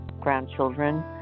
grandchildren